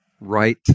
right